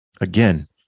again